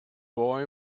boy